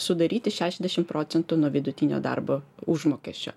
sudaryti šešiasdešim procentų nuo vidutinio darbo užmokesčio